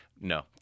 no